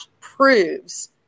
proves